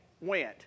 went